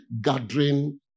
gathering